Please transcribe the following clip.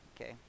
Okay